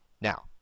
Now